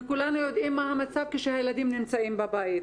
וכולנו יודעים מה המצב כשהילדים נמצאים בבית.